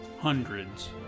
hundreds